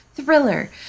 thriller